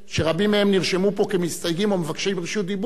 שרבים מהם נרשמו פה כמסתייגים או מבקשים רשות דיבור,